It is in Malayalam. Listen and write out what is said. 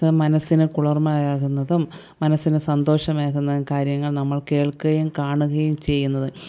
അത് മനസ്സിന് കുളിർമയേകുന്നതും മനസ്സിന് സന്തോഷമേകുന്ന കാര്യങ്ങൾ നമ്മൾ കേൾക്കുകയും കാണുകയും ചെയ്യുന്നത്